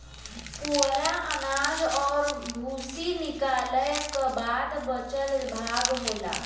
पुवरा अनाज और भूसी निकालय क बाद बचल भाग होला